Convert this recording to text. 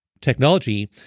technology